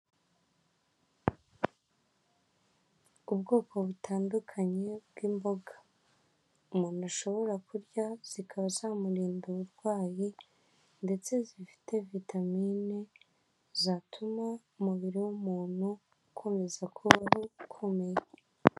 Ubwoko butandukanye bw'imboga umuntu ashobora kurya zikaba zamurinda uburwayi, ndetse zifite vitamini, zatuma umubiri w'umuntu ukomeza kubaho ukomeye.